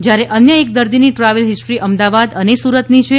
જ્યારે અન્ય એક દર્દીની ટ્રાવેલ હિસ્તીરિ અમદાવાદ અને સુરતની છે